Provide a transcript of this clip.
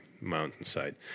mountainside